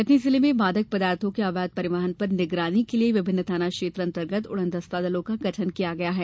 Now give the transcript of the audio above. कटनी जिले में मादक पदार्थो के अवैध परिवहन पर निगरानी के लिए विभिन्न थाना क्षेत्र अन्तर्गत उड़नदस्ता दलों का गठन किया गया है